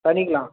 பண்ணிக்கலாம்